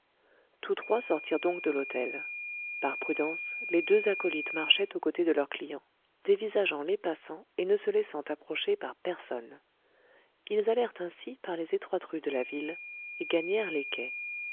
tous trois sortirent donc de l'hôtel par prudence les deux acolytes marchaient aux côtés de leur client dévisageant les passants et ne se laissant approcher par personne ils allèrent ainsi par les étroites rues de la ville et gagnèrent les quais